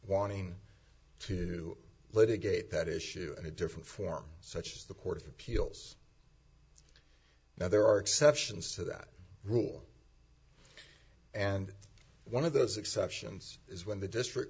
wanting to litigate that issue in a different form such as the court of appeals now there are exceptions to that rule and one of those exceptions is when the district